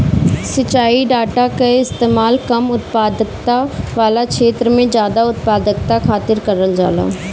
सिंचाई डाटा कअ इस्तेमाल कम उत्पादकता वाला छेत्र में जादा उत्पादकता खातिर करल जाला